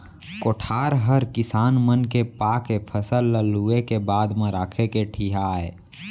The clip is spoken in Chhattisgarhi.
कोठार हर किसान मन के पाके फसल ल लूए के बाद म राखे के ठिहा आय